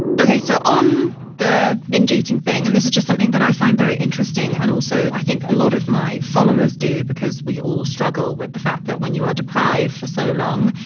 ok, so on the binge eating thing, and this is just something that i find very interesting and also i think a lot of my followers do, because we all struggle with the fact that when you are deprived for so long,